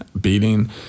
beating